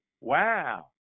wow